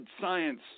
science